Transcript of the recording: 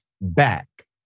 back